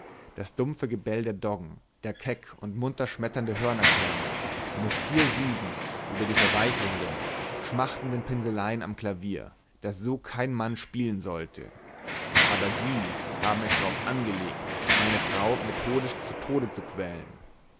das dumpfe gebelle der doggen der keck und munter schmetternde hörnerklang muß hier siegen über die verweichelnden schmachtelnden pinseleien am klavier das so kein mann spielen sollte aber sie haben es darauf angelegt meine frau methodisch zu tode zu quälen